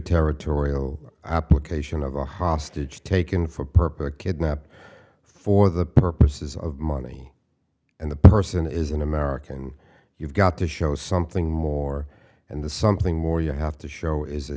territorial application of the hostage taken for perper kidnap for the purposes of money and the person is an american you've got to show something more and the something more you have to show is a